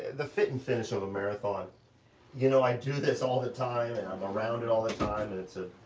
the fit and finish of a marathon you know, i do this all the time, and i'm around it all the time and it's a,